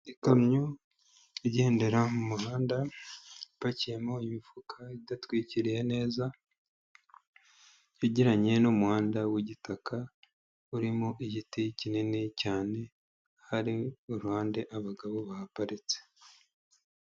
Ikamyo igendera mu muhanda, ipakiyemo imifuka idatwikiriye neza, yegeranye n'umuhanda w'igitaka, urimo igiti kinini cyane, hari uruhande abagabo baparitse.